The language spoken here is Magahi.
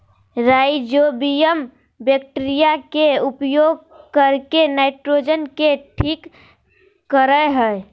राइजोबियम बैक्टीरिया के उपयोग करके नाइट्रोजन के ठीक करेय हइ